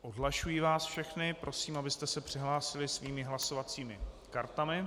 Odhlašuji vás všechny, prosím, abyste se přihlásili svými hlasovacími kartami.